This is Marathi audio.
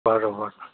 बरोबर